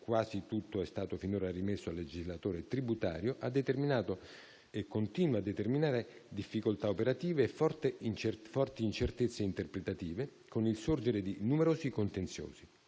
(quasi tutto è stato finora rimesso al legislatore tributario) ha determinato e continua a determinare difficoltà operative e forti incertezze interpretative, con il sorgere di numerosi contenziosi.